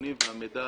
הנתונים והמידע